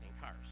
cars